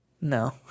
No